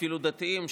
אפילו דתיים,